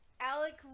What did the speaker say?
Alec